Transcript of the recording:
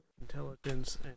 Intelligence